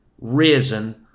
risen